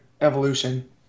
evolution